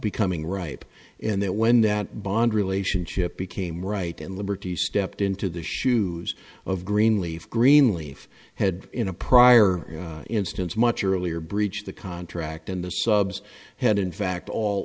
becoming ripe and that when that bond relationship became right and liberty stepped into the shoes of greenleaf greenleaf had in a prior instance much earlier breached the contract and the subs had in fact all